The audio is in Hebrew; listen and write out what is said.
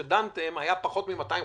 כשדנתם, היו פחות מ-200 חולים,